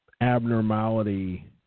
abnormality